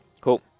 Cool